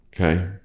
Okay